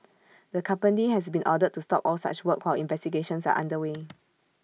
the company has been ordered to stop all such work while investigations are under way